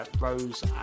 rose